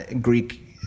Greek